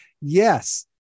yes